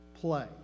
play